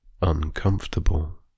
uncomfortable